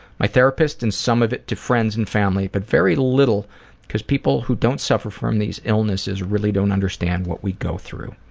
my therapist and some of it to friends and family but very little because people that don't suffer from these illnesses really don't understand what we go through.